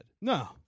No